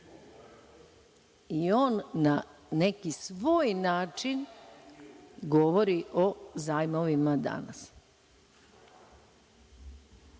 i on na neki svoj način govori o zajmovima danas